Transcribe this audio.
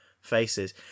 faces